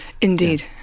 indeed